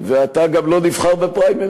ואתה גם לא נבחר בפריימריז.